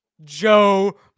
Joe